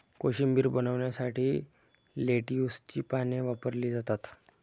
कोशिंबीर बनवण्यासाठी लेट्युसची पाने वापरली जातात